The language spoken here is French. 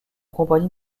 compagnie